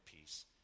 peace